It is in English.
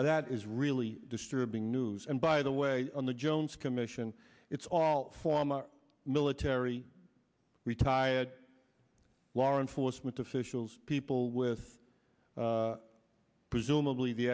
and that is really disturbing news and by the way on the jones commission it's all former military retired lauren fauresmith officials people with presumably the